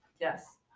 yes